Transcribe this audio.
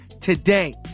today